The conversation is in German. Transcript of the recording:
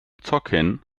zocken